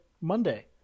Monday